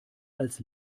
als